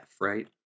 right